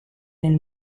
nel